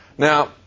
Now